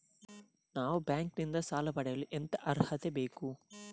ನಾವು ಬ್ಯಾಂಕ್ ನಿಂದ ಸಾಲ ಪಡೆಯಲು ಎಂತ ಅರ್ಹತೆ ಬೇಕು?